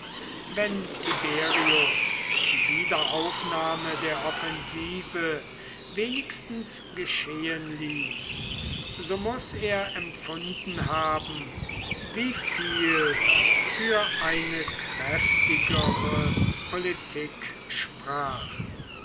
wenn tiberius die wiederaufnahme der offensive wenigstens geschehen ließ so muß er empfunden haben wieviel für eine kräftigere politik sprach